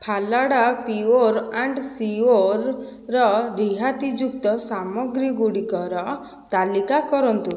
Phalada pure and ସିୟୋର୍ର ରିହାତିଯୁକ୍ତ ସାମଗ୍ରୀ ଗୁଡ଼ିକର ତାଲିକା କରନ୍ତୁ